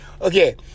Okay